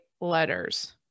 letters